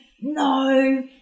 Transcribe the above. No